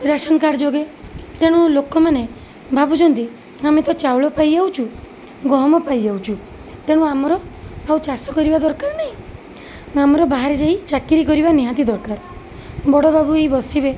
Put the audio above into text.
ration card ଯୋଗେ ତେଣୁ ଲୋକମାନେ ଭାବୁଛନ୍ତି ଆମେ ତ ଚାଉଳ ପାଇଯାଉଛୁ ଗହମ ପାଇଯାଉଛୁ ତେଣୁ ଆମର ଆଉ ଚାଷ କରିବା ଦରକାର ନାହିଁ ଓ ଆମର ବାହାରେ ଯାଇ ଚାକିରି କରିବା ନିହାତି ଦରକାର ବଡ଼ବାବୁ ହେଇ ବସିବେ